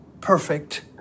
perfect